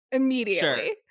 immediately